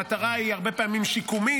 המטרה היא הרבה פעמים שיקומית.